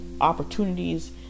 opportunities